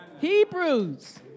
Hebrews